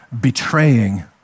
betraying